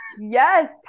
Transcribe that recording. Yes